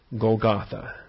Golgotha